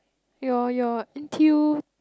your your N_T_U